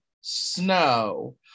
Snow